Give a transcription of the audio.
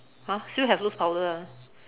!huh! still have loose powder ah